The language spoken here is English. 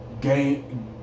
game